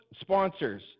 sponsors